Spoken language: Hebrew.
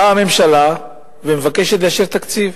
באה הממשלה ומבקשת לאשר תקציב.